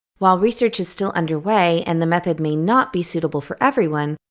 while research is still underway and the method may not be suitable for everyone,